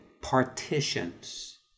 partitions